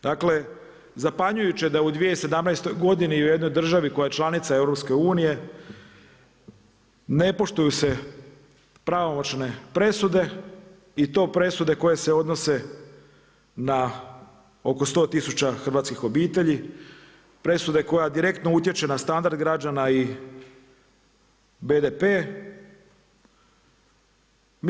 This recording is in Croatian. Dakle, zapanjujuće je da u 2017. godini u jednoj državi koja je članica EU ne poštuju se pravomoćne presude i to presude koje se odnose na oko 100 tisuća hrvatskih obitelji, presude koja direktno utječe na standard građana i BDP.